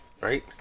right